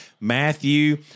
Matthew